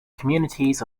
communities